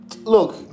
Look